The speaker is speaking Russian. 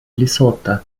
лесото